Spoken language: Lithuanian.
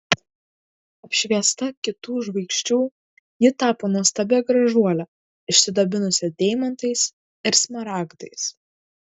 apšviesta kitų žvaigždžių ji tapo nuostabia gražuole išsidabinusia deimantais ir smaragdais